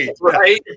right